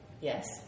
Yes